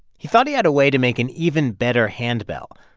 he thought he had a way to make an even better handbell,